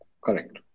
Correct